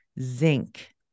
zinc